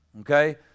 okay